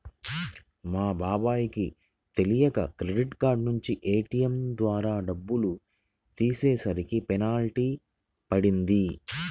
మా బాబాయ్ కి తెలియక క్రెడిట్ కార్డు నుంచి ఏ.టీ.యం ద్వారా డబ్బులు తీసేసరికి పెనాల్టీ పడింది